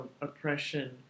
oppression